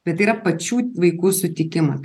bet tai yra pačių vaikų sutikimas